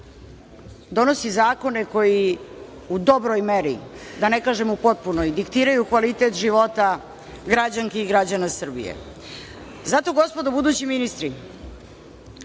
donosi zakone koji u dobroj meri, da ne kažem u potpunoj, diktiraju kvalitet života građanki i građana Srbije. Zato, gospodo budući ministri,